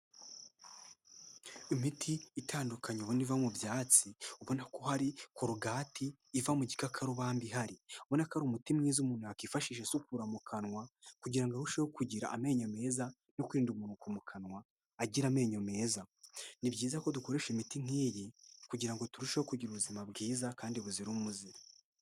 Imiti itandukanye ibona iva mu byatsi ubona ko hari korogati iva mu gikakarubamba ihari, ubona ko ari umuti mwiza umuntu yakwifashishije isukura mu kanwa, kugirango arusheho kugira amenyo meza no kwirinda umunuko mukanwa agira amenyo meza, ni byiza ko dukoresha imiti nkiyi kugira ngo turusheho kugira ubuzima bwiza kandi buzira umuze.